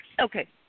Okay